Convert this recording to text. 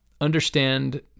understand